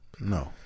No